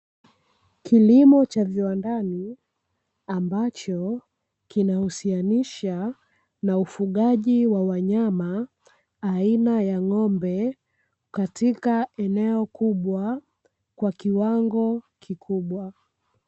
Kilimo cha kiwandani ambacho, kinahusianisha ufugaji wa wanyama aina ya ng'ombe katika eneo kubwa kwa kiwango kikubwa.